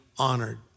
honored